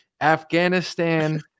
Afghanistan